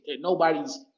Nobody's